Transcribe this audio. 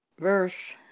verse